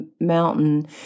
mountain